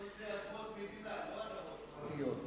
אדמות מדינה, לא אדמות פרטיות,